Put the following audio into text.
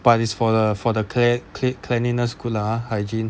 but it's for the for the care clean~ cleanliness good lah !huh! hygiene